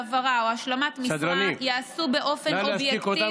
העברה או השלמת משרה ייעשו באופן אובייקטיבי